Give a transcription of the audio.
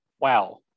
wow